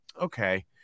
okay